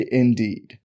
indeed